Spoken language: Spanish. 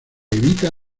evita